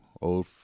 old